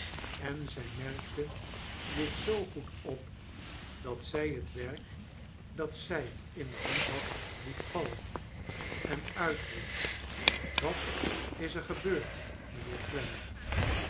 en zij merkte dit zoo goed op dat zij het werk dat zij in de hand had liet vallen en uitriep wat is er gebeurd